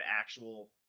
actual